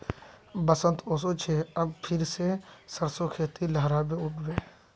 बसंत ओशो छे अब फिर से सरसो खेती लहराबे उठ बे